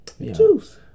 Juice